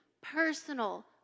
personal